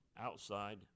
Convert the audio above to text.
outside